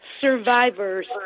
survivors